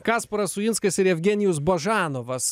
kasparas uinskas ir jevgenijus božanovas